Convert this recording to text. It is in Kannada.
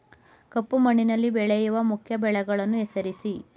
ಕಪ್ಪು ಮಣ್ಣಿನಲ್ಲಿ ಬೆಳೆಯುವ ಮುಖ್ಯ ಬೆಳೆಗಳನ್ನು ಹೆಸರಿಸಿ